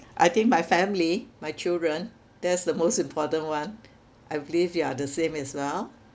I think my family my children that's the most important one I believe you are the same as well